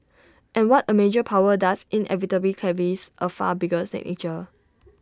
and what A major power does inevitably carries A far bigger signature